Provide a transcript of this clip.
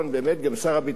באמת גם שר הביטחון,